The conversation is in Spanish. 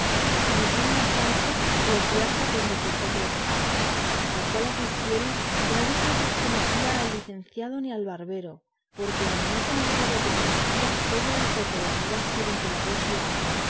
y dijeron a sancho que los guiase adonde don quijote estaba al cual advirtieron que no dijese que conocía al licenciado ni al barbero porque en no conocerlos consistía todo el toque de venir a ser emperador su amo